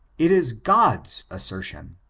it is god's assertion.